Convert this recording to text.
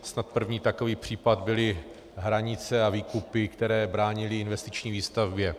Snad první takový případ byly hranice a výkupy, které bránily investiční výstavbě.